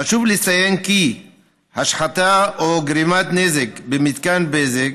חשוב לציין כי השחתה או גרימת נזק במתקן בזק